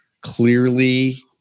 clearly